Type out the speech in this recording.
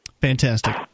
Fantastic